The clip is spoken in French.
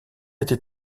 été